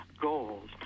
goals